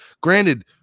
Granted